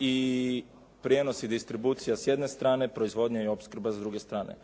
i prijenos i distribucija s jedne strane, proizvodnja i opskrba s druge strane.